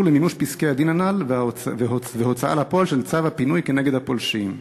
למימוש פסקי-הדין הנ"ל והוצאה לפועל של צו הפינוי נגד הפולשים.